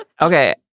Okay